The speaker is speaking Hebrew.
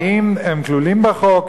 האם הם כלולים בחוק?